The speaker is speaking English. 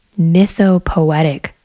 mythopoetic